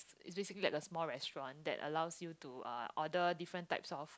it's basically like the small restaurant that allows you to uh order different types of